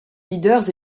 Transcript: leaders